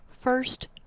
First